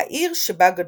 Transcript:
העיר שבה גדלה.